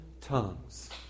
tongues